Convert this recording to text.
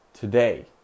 Today